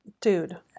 Dude